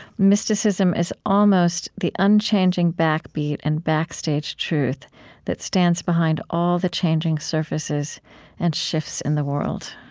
mysticism is almost the unchanging backbeat and backstage truth that stands behind all the changing surfaces and shifts in the world.